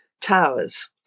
towers